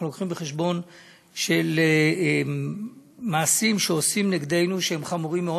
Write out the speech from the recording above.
אנחנו לוקחים בחשבון מעשים שעושים נגדנו שהם חמורים מאוד.